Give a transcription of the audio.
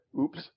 Oops